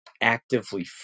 actively